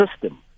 system